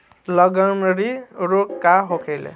लगंड़ी रोग का होखे?